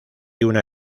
una